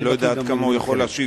אני לא יודע עד כמה הוא יכול להשיב